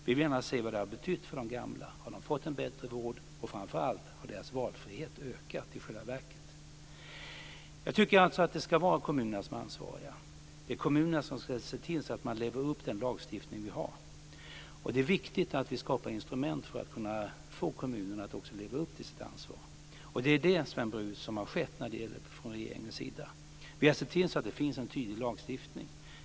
Vi vill gärna se vad det har betytt för de gamla: Har de fått en bättre vård, och, framför allt, har deras valfrihet ökat i själva verket? Jag tycker att det ska vara kommunerna som är ansvariga. Det är kommunerna som ska se till att de lever upp till den lagstiftning vi har. Det är viktigt att vi skapar instrument för att få kommunerna att leva upp till sitt ansvar. Det är det som har skett, Sven Brus, från regeringens sida. Vi har sett till så att det finns en tydlig lagstiftning.